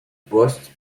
poste